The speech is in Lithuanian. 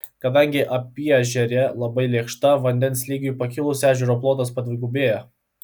kadangi apyežerė labai lėkšta vandens lygiui pakilus ežero plotas padvigubėja